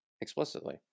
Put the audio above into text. explicitly